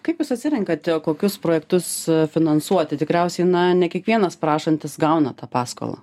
kaip jūs atsirenkate kokius projektus finansuoti tikriausiai na ne kiekvienas prašantis gauna tą paskolą